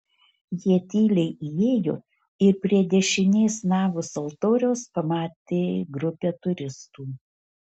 jie tyliai įėjo ir prie dešinės navos altoriaus pamatė grupę turistų